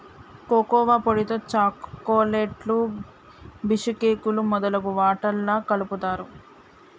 cocoa పొడితో చాకోలెట్లు బీషుకేకులు మొదలగు వాట్లల్లా కలుపుతారు